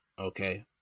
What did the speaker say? okay